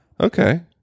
Okay